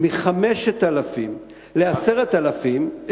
מ-5,000 ש"ח ל-1,000 ש"ח,